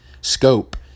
Scope